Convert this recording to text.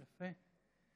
יפה.